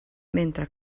mentre